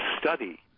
study